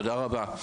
תודה רבה.